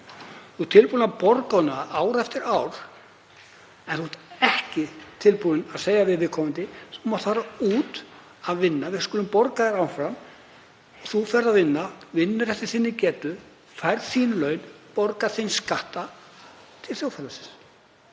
ert tilbúinn að borga hana ár eftir ár, þá sértu ekki tilbúinn að segja við viðkomandi: Þú mátt fara út að vinna, við skulum borga þér áfram, þú ferð að vinna, vinnur eftir þinni getu, færð þín laun og borgar þína skatta til þjóðfélagsins.